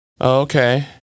Okay